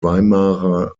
weimarer